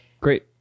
great